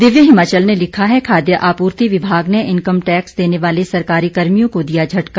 दिव्य हिमाचल ने लिखा है खाद्य आपूर्ति विभाग ने इंकम टैक्स देने वाले सरकारी कर्मियों को दिया झटका